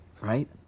right